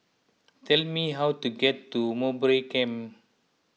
tell me how to get to Mowbray Camp